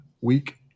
week